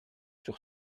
sur